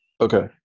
Okay